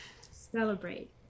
celebrate